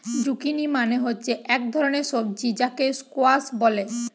zucchini মানে হচ্ছে এক ধরণের সবজি যাকে স্কোয়াস বলে